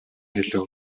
хэлэв